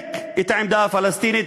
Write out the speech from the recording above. לחזק את העמדה הפלסטינית